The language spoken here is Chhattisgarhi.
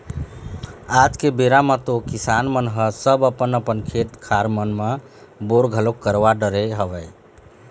आज के बेरा म तो किसान मन ह सब अपन अपन खेत खार मन म बोर घलोक करवा डरे हवय